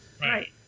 right